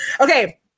Okay